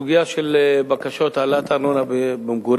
בסוגיה של בקשות העלאת ארנונה למגורים,